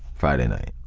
friday night,